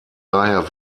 daher